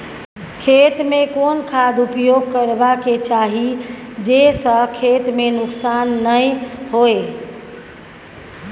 खेत में कोन खाद उपयोग करबा के चाही जे स खेत में नुकसान नैय होय?